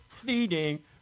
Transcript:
pleading